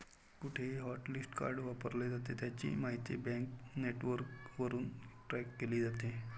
कुठेही hotlist card वापरले जाते, त्याची माहिती बँक नेटवर्कवरून ट्रॅक केली जाते